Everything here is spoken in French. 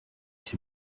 ses